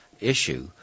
issue